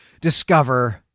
discover